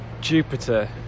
jupiter